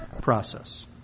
process